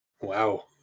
Wow